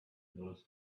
knows